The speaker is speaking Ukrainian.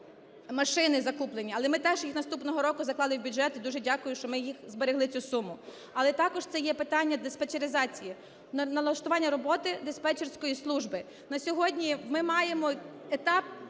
машини закуплені, але ми теж їх наступного року заклали в бюджет і дуже дякую, що ми їх зберегли цю суму, але також це є питання диспетчеризації, налаштування роботи диспетчерської служби. На сьогодні ми маємо етап…